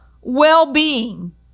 well-being